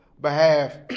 behalf